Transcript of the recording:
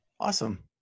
Awesome